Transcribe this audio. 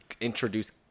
introduce